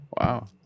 Wow